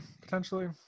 potentially